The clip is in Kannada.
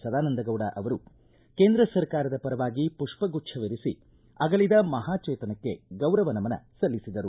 ಸದಾನಂದಗೌಡ ಅವರು ಕೇಂದ್ರ ಸರ್ಕಾರದ ಪರವಾಗಿ ಪುಪ್ಪಗುಚ್ದವಿರಿಸಿ ಅಗಲಿದ ಚೇತನಕ್ಕೆ ಗೌರವ ನಮನ ಸಲ್ಲಿಸಿದರು